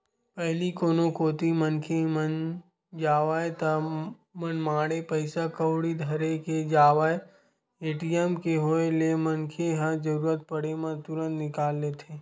पहिली कोनो कोती मनखे मन जावय ता मनमाड़े पइसा कउड़ी धर के जावय ए.टी.एम के होय ले मनखे ह जरुरत पड़े म तुरते निकाल लेथे